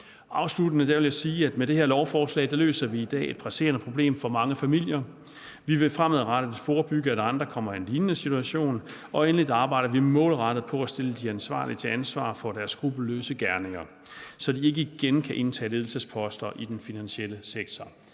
Afsluttende vil jeg sige, at vi i dag med det her lovforslag løser et presserende problem for mange familier. Vi vil fremadrettet forebygge, at andre kommer i en lignende situation, og endelig arbejder vi målrettet på at stille de ansvarlige til ansvar for deres skruppelløse gerninger, så de ikke igen kan indtage ledelsesposter i den finansielle sektor.